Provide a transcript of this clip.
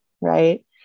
right